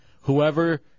Whoever